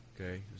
okay